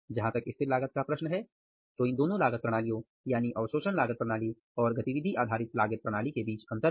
जहां तक स्थिर लागत का प्रश्न है तो इन दोनों लागत प्रणालियों यानी अवशोषण लागत प्रणाली और गतिविधि आधारित लागत प्रणाली के बीच अंतर है